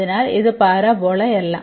അതിനാൽ ഇത് പരാബോളയല്ല